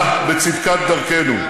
העמוקה בצדקת דרכנו.